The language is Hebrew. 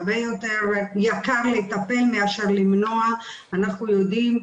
הרבה יותר יקר לטפל מאשר למנוע, אנחנו יודעים,